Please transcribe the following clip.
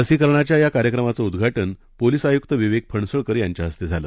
लसीकरणाच्यायाकार्यक्रमाचंउद्घाटनपोलीसआयुक्तविवेक फणसळकरयांच्याहस्तेझालं